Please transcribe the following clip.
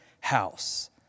house